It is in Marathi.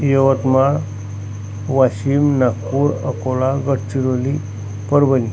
यवतमाळ वाशिम नागपूर अकोला गडचिरोली परभणी